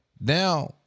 now